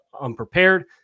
unprepared